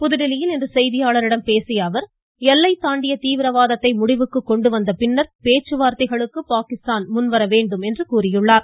புதுதில்லியில் இன்று செய்தியாளர்களிடம் பேசிய அவர் எல்லைத் தாண்டிய தீவிரவாதத்தை முடிவுக்கு கொண்டு வந்த பின்னர் பேச்சுவார்த்தைகளுக்கு பாகிஸ்தான் முன்வர வேண்டும் என்றும் கூறியுள்ளார்